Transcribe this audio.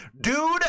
dude